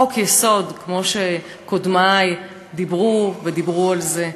חוק-יסוד, כמו שקודמי דיברו ודיברו על זה?